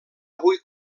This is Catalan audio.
avui